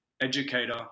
educator